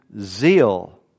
zeal